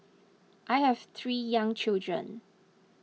I have three young children